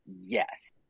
yes